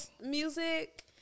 music